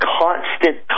constant